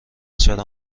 چرا